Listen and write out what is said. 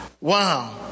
Wow